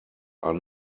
are